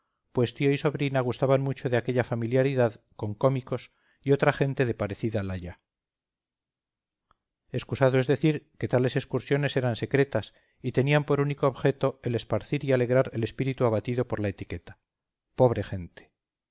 pues tío y sobrina gustaban mucho de aquella familiaridad con cómicos y otra gente de parecida laya excusado es decir que tales excursiones eran secretas y tenían por único objeto el esparcir y alegrar el espíritu abatido por la etiqueta pobre gente